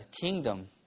kingdom